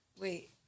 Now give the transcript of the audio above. Wait